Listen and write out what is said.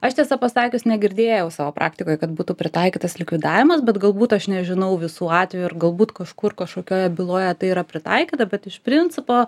aš tiesa pasakius negirdėjau savo praktikoj kad būtų pritaikytas likvidavimas bet galbūt aš nežinau visų atvejų ir galbūt kažkur kažkokioje byloje tai yra pritaikyta bet iš principo